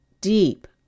deep